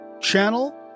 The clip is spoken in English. channel